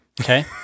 okay